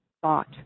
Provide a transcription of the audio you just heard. thought